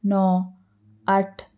ਨੌਂ ਅੱਠ